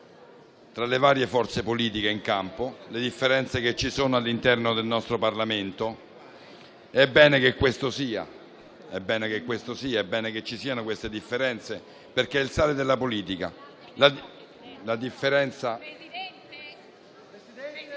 tra le varie forze politiche in campo e quelle che ci sono all'interno del Parlamento, ed è bene che questo sia: è bene che vi siano queste differenze, perché è il sale della politica. *(Brusio)*.